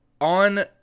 on